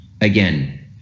Again